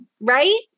right